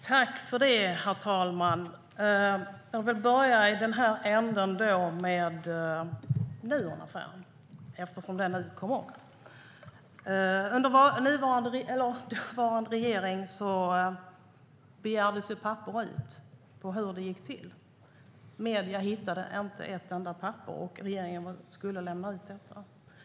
Herr talman! Låt mig börja med Nuonaffären eftersom den kom upp. Under dåvarande regering begärdes papper ut på hur det gick till. Medierna hittade inte ett enda papper, och regeringen skulle lämna ut dem.